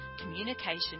communication